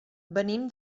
venim